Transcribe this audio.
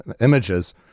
images